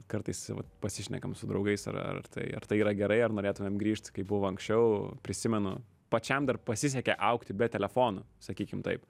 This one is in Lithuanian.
kartais vat pasišnekam su draugais ir ar tai ar tai yra gerai ar norėtumėm grįžt kaip buvo anksčiau prisimenu pačiam dar pasisekė augti be telefonų sakykim taip